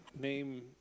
name